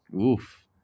Oof